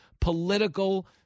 political